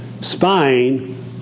spying